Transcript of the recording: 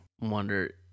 wonder